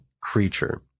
creature